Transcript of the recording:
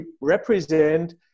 represent